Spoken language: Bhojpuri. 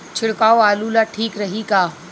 छिड़काव आलू ला ठीक रही का?